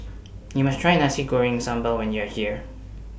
YOU must Try Nasi Goreng Sambal when YOU Are here